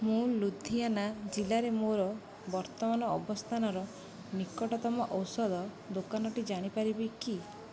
ମୁଁ ଲୁଧିଆନା ଜିଲ୍ଲାରେ ମୋର ବର୍ତ୍ତମାନ ଅବସ୍ଥାନର ନିକଟତମ ଔଷଦ ଦୋକାନଟି ଜାଣିପାରିବି କି